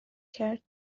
کرد